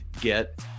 get